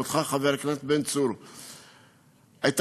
ואותך,